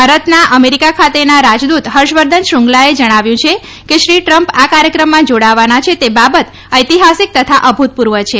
ભારતના અમેરિકા ખાતેના રાજદૂત હર્ષવર્ધન શ્રૃંગલાએ જણાવ્યું છે કે શ્રી ટ્રમ્પ આ કાર્યક્રમમાં જાડાવાના છે તે બાબત ઐતિહાસિક તથા અભૂતપૂર્વ છે